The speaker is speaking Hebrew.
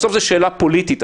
בסוף זאת שאלה פוליטית.